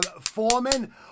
Foreman